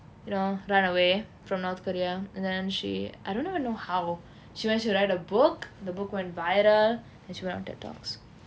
you know run away from north korea and then she I don't even know how she managed to write a book the book went viral then she went on ted talks